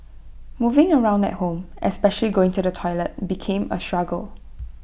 moving around at home especially going to the toilet became A struggle